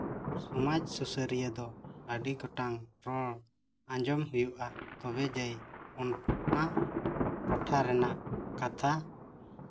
ᱥᱚᱢᱟᱡᱽ ᱥᱩᱥᱟᱹᱨᱤᱭᱟᱹ ᱫᱚ ᱟᱹᱰᱤ ᱜᱚᱴᱟᱝ ᱨᱚᱲ ᱟᱸᱡᱚᱢ ᱦᱩᱭᱩᱜᱼᱟ ᱛᱚᱵᱮ ᱡᱮ ᱚᱱᱟ ᱴᱚᱴᱷᱟ ᱨᱮᱱᱟᱜ ᱠᱟᱛᱷᱟ